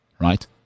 right